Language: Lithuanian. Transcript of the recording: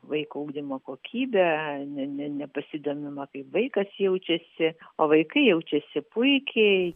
vaikų ugdymo kokybę ne ne nepasidomima kaip vaikas jaučiasi o vaikai jaučiasi puikiai